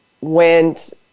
went